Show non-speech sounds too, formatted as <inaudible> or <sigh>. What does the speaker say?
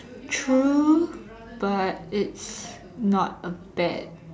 true but it's <breath> not a bad